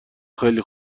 خیلی